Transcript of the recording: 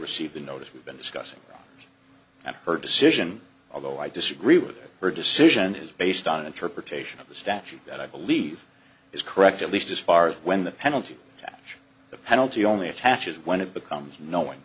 receive the notice we've been discussing and her decision although i disagree with her decision is based on an interpretation of the statute that i believe is correct at least as far as when the penalty that the penalty only attaches when it becomes annoying